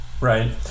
right